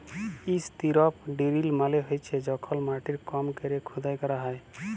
strip drill মালে হছে যখল মাটির কম ক্যরে খুদাই ক্যরা হ্যয়